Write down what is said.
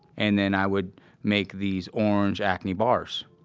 and then, i would make these orange acne bars.